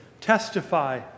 testify